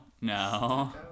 No